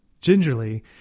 Gingerly